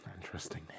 interesting